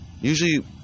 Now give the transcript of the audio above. Usually